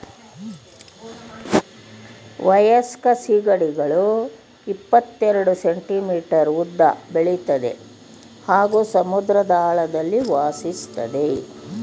ವಯಸ್ಕ ಸೀಗಡಿಗಳು ಇಪ್ಪತೆರೆಡ್ ಸೆಂಟಿಮೀಟರ್ ಉದ್ದ ಬೆಳಿತದೆ ಹಾಗೂ ಸಮುದ್ರದ ಆಳದಲ್ಲಿ ವಾಸಿಸ್ತದೆ